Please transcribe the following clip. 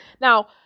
Now